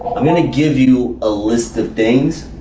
i'm going to give you a list of things,